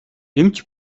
эмч